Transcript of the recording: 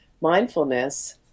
mindfulness